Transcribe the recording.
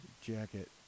jacket